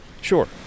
Sure